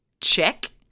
check